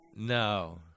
No